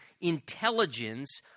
intelligence